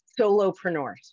solopreneurs